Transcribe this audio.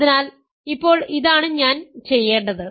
അതിനാൽ ഇപ്പോൾ ഇതാണ് ഞാൻ ചെയ്യേണ്ടത്